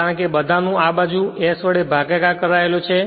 કારણ કે બધાનું આ બાજુ s વડે ભાગાકાર કરાયેલો છે